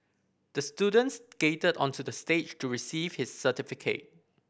the student skated onto the stage to receive his certificate